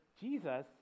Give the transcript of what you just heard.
Jesus